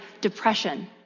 depression